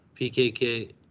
PKK